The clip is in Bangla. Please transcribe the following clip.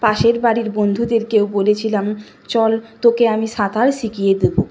পাশের বাড়ির বন্ধুদেরকেও বলেছিলাম চল তোকে আমি সাঁতার শিখিয়ে দেবো